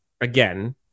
again